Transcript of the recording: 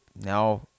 now